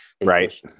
Right